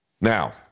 Now